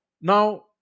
Now